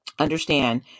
Understand